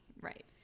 Right